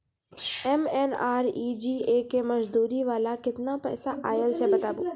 MNREGA के मज़दूरी वाला केतना पैसा आयल छै बताबू?